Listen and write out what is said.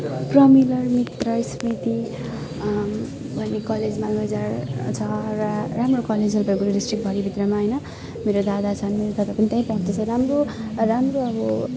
परिमल मित्र स्मृति अहिले कलेजमा मेजर छ र राम्रो कलेज हो दार्जिलिङ डिस्ट्रिक्टभरि भित्रमा होइन मेरो दादा छन् तपाईँ पनि त्यहीँ पढ्दैछ राम्रो राम्रो अब